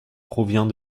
provient